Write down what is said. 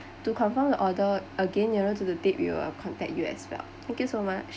to confirm the order again nearer to the date we will contact you as well thank you so much